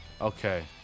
Okay